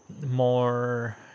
more